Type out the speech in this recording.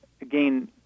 again